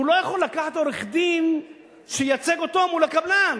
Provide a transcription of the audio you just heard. הוא לא יכול לקחת עורך-דין שייצג אותו מול הקבלן,